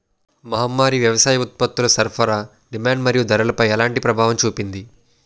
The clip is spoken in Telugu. మహమ్మారి వ్యవసాయ ఉత్పత్తుల సరఫరా డిమాండ్ మరియు ధరలపై ఎలా ప్రభావం చూపింది?